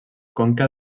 conca